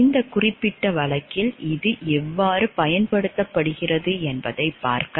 இந்த குறிப்பிட்ட வழக்கில் இது எவ்வாறு பயன்படுத்தப்படுகிறது என்பதைப் பார்க்க மீண்டும் இந்த வழக்கிற்கு வருவோம்